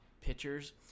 pitchers